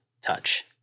touch